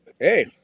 hey